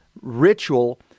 ritual